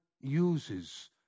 uses